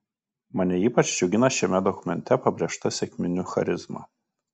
mane ypač džiugina šiame dokumente pabrėžta sekminių charizma